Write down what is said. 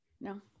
No